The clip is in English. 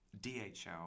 DHL